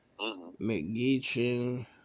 McGeechin